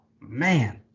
man